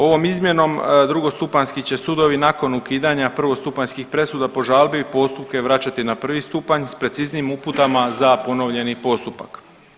Ovom izmjenom drugostupanjski će sudovi nakon ukidanja prvostupanjskih presuda po žalbi postupke vraćati na prvi stupanj s preciznijim uputama za ponovljeni postupak.